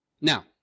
Now